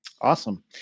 Awesome